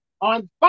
on